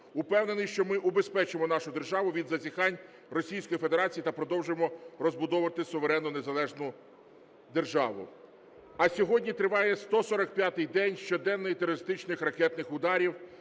Впевнений, що ми убезпечимо нашу державу від зазіхань Російської Федерації та продовжимо розбудовувати суверену, незалежну державу. А сьогодні триває 145-й день щоденних терористичних ракетних ударів.